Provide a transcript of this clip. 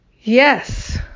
Yes